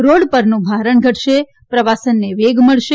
road પરનું ભારણ ઘટશે પ્રવાસને વેગ મળશે